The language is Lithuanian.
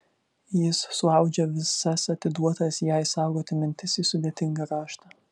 jis suaudžia visas atiduotas jai saugoti mintis į sudėtingą raštą